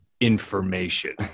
information